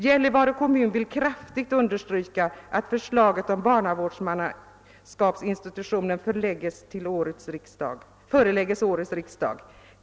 Gällivare kommun vill kraftigt understryka att förslaget om slopande av barnavårdsmannainstitutionen förelägges årets riksdag.